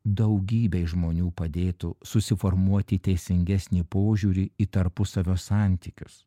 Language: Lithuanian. daugybei žmonių padėtų susiformuoti teisingesnį požiūrį į tarpusavio santykius